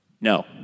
No